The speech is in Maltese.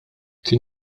kien